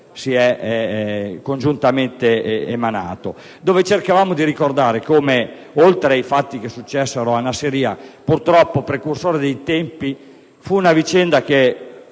si è congiuntamente emanato. Cercavamo infatti di ricordare come, oltre ai fatti successi a Nassiriya, purtroppo precursore dei tempi fu una vicenda che